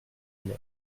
mer